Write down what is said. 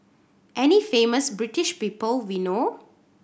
any famous British people we know